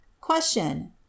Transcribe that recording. Question